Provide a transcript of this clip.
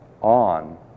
on